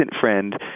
friend